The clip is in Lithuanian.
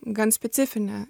gan specifinė